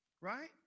right